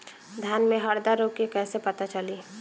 धान में हरदा रोग के कैसे पता चली?